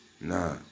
Nah